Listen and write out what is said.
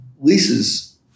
leases